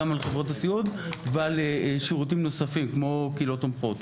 על חברות הסיעוד ועל שירותים נוספים כמו קהילות תומכות.